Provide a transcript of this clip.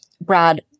Brad